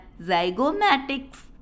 zygomatics